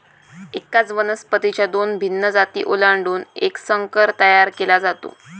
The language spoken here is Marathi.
एकाच वनस्पतीच्या दोन भिन्न जाती ओलांडून एक संकर तयार केला जातो